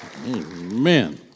Amen